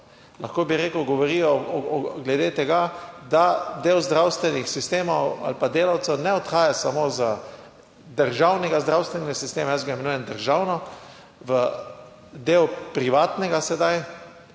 lahko bi rekel, govorijo glede tega, da del zdravstvenih sistemov ali pa delavcev ne odhaja samo iz državnega zdravstvenega sistema, jaz ga imenujem državno, v del privatnega sedaj,